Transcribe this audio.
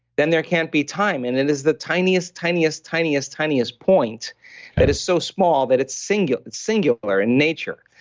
then there can't be time. and it is the tiniest, tiniest tiniest, tiniest point that is so small that it's singular singular in nature.